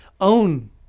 own